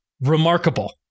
remarkable